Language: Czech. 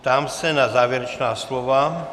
Ptám se na závěrečná slova.